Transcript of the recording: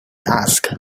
asked